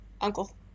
Uncle